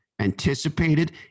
anticipated